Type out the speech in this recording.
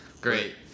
Great